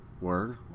word